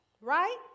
right